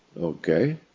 Okay